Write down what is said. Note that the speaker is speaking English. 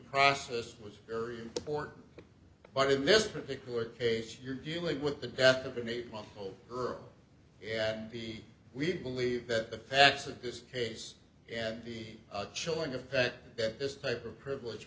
process was very important but in this particular case you're dealing with the death of an eight month old girl and the we believe that facts of this case and the chilling effect that this type of privilege